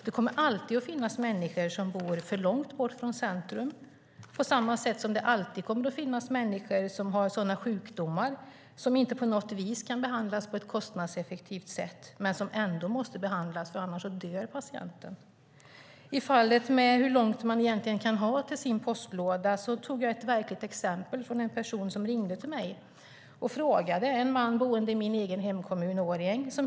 Det kommer alltid att finnas människor som bor för långt bort från centrum, på samma sätt som det alltid kommer att finnas människor som har sådana sjukdomar som inte på något vis kan behandlas på ett kostnadseffektivt sätt men som ändå måste behandlas, annars dör patienten. I fallet med hur långt man egentligen kan ha till sin postlåda tog jag ett verkligt exempel. Det var en man boende i min egen hemkommun Årjäng som ringde till mig.